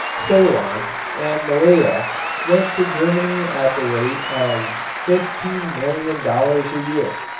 ceylon and malaya went to germany at the rate of fifteen million dollars a year.